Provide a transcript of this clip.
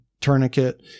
tourniquet